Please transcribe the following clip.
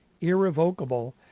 irrevocable